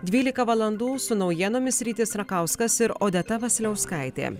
dvylika valandų su naujienomis rytis rakauskas ir odeta vasiliauskaitė